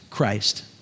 Christ